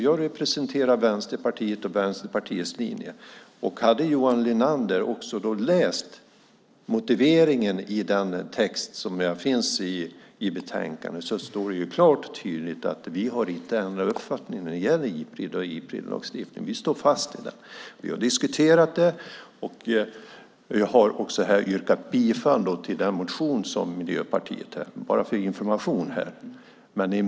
Jag representerar Vänsterpartiet och Vänsterpartiets linje, och hade Johan Linander läst motiveringen i den text som finns i betänkandet hade han sett att det klart och tydligt står att vi inte har ändrat uppfattning när det gäller Ipred och Ipredlagstiftningen. Vi står fast vid den. Vi har diskuterat detta och också yrkat bifall till den motion som Miljöpartiet har. Det säger jag bara som information.